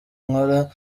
nkora